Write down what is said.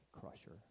crusher